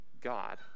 God